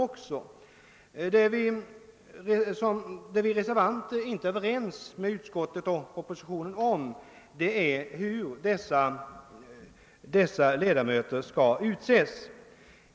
Vad vi vänder oss emot i propositionsförslaget är hur dessa ledamöter skall utses.